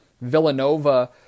Villanova